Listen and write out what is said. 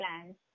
plans